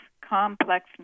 complex